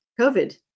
COVID